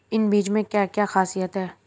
इन बीज में क्या क्या ख़ासियत है?